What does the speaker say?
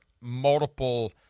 multiple